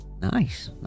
nice